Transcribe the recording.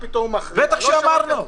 בטח שאמרנו.